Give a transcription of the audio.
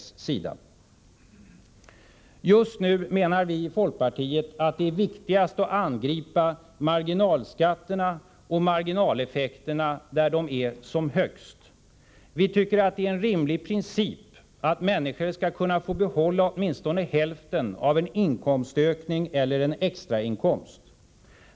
Just nu menar vi i folkpartiet att det är viktigast att angripa marginalskatterna och marginaleffekterna där de är som högst. Vi tycker att det är en rimlig princip att människor skall kunna få behålla åtminstone hälften av en inkomstökning eller en extrainkomst.